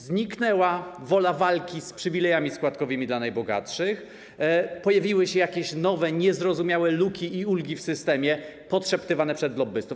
Zniknęła wola walki z przywilejami składkowymi dla najbogatszych, pojawiły się jakieś nowe niezrozumiałe luki i ulgi w systemie podszeptywane przez lobbystów.